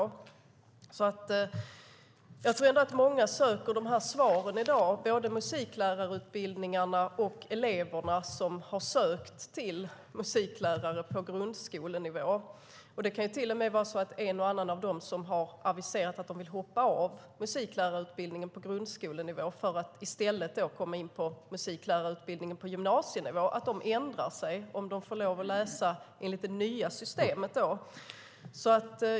Jag tror att många söker dessa svar i dag. Det gäller både dem som är ansvariga för musiklärarutbildningarna och de elever som har sökt utbildningen till musiklärare på grundskolenivå. Det kan till och med vara så att en del av dem som har aviserat att de vill hoppa av musiklärarutbildningen med inriktning mot grundskolenivå och i stället hoppa in i utbildningen med inriktning mot gymnasienivå nu ändrar sig om de får läsa enligt det nya systemet.